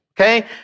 okay